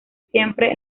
siempre